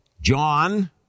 John